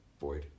Void